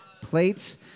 plates